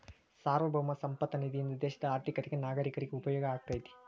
ಸಾರ್ವಭೌಮ ಸಂಪತ್ತ ನಿಧಿಯಿಂದ ದೇಶದ ಆರ್ಥಿಕತೆಗ ನಾಗರೇಕರಿಗ ಉಪಯೋಗ ಆಗತೈತಿ